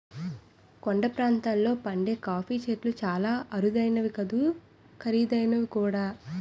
కొండ ప్రాంతాల్లో పండే కాఫీ చెట్లు చాలా అరుదైనవే కాదు ఖరీదైనవి కూడా